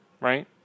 right